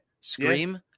Scream